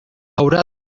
haurà